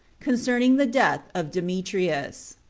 concerning the death of demetrius.